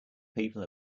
people